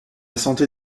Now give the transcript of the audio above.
santé